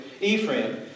Ephraim